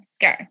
go